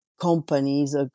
companies